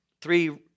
three